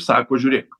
sako žiūrėk